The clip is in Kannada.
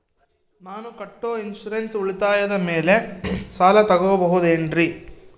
ನಾನು ಕಟ್ಟೊ ಇನ್ಸೂರೆನ್ಸ್ ಉಳಿತಾಯದ ಮೇಲೆ ಸಾಲ ತಗೋಬಹುದೇನ್ರಿ?